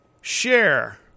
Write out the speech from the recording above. share